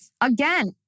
Again